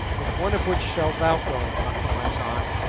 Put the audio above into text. with one of which shalt thou go, macumazahn,